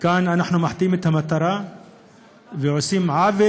כאן אנחנו מחטיאים את המטרה ועושים עוול